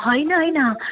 होइन होइन